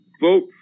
vote